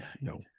No